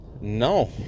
No